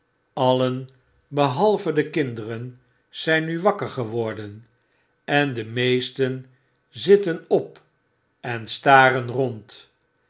allen behalve de kinderen zyn nu wakker geworden en de meesten zitten op en staren rond